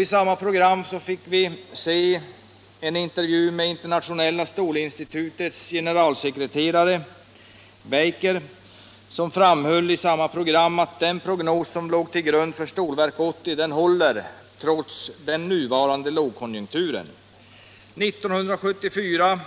I samma program fick vi se en intervju med Internationella stålinstitutets generalsekreterare Charles B. Baker, som framhöll att den prognos som låg till grund för Stålverk 80 håller trots den nuvarande lågkonjunkturen. 1974